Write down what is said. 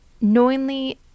knowingly